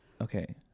Okay